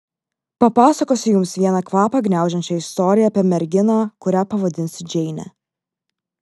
papasakosiu jums vieną kvapą gniaužiančią istoriją apie merginą kurią pavadinsiu džeine